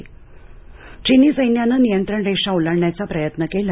भारत चीन चीनी सैन्यानंनियंत्रण रेषा ओलांडण्याचा प्रयत्न केला